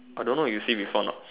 I don't know you see before or not